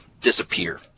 disappear